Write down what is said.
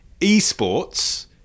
esports